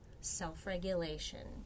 self-regulation